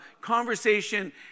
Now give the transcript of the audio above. conversation